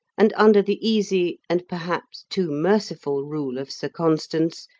and under the easy, and perhaps too merciful rule of sir constans,